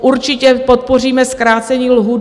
Určitě podpoříme zkrácení lhůty.